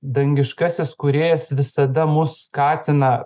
dangiškasis kūrėjas visada mus skatina